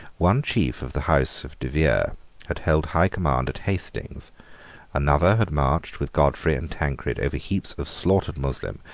one chief of the house of de vere had held high command at hastings another had marched, with godfrey and tancred, over heaps of slaughtered moslem,